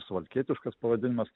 suvalkietiškas pavadinimas